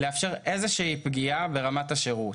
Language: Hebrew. לאפשר איזושהי פגיעה ברמת השירות.